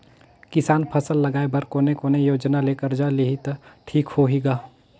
किसान फसल लगाय बर कोने कोने योजना ले कर्जा लिही त ठीक होही ग?